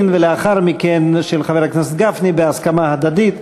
ולאחר מכן של חבר הכנסת גפני בהסכמה הדדית.